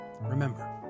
Remember